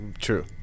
True